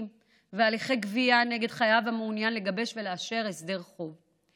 והליכי גבייה נגד חייב המעוניין לגבש ולאשר הסדר חוב.